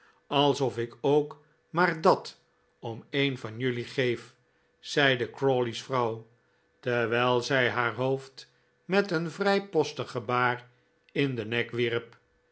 alsof ik ook maar dat om een van jelui geef zeide crawley's vrouw terwijl zij haar hoofd met een vrijpostig gebaar in den nek wierp